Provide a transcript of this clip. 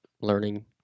learning